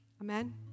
Amen